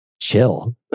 chill